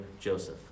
Joseph